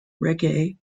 reggae